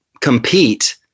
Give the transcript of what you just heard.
compete